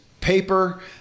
paper